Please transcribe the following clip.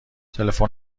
تلفن